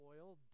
oil